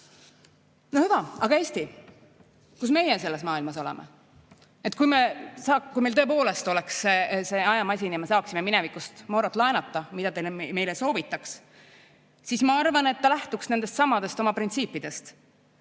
hüva. Aga Eesti, kus meie selles maailmas oleme? Kui meil tõepoolest oleks ajamasin ja me saaksime minevikust Morot laenata, mida ta meile soovitaks? Ma arvan, et ta lähtuks nendestsamadest oma printsiipidest: